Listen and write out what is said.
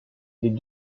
les